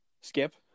Skip